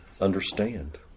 understand